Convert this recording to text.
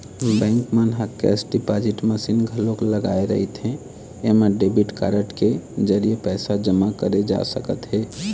bank मन ह cash deposit machine घलोक लगाए रहिथे एमा डेबिट कारड के जरिए पइसा जमा करे जा सकत हे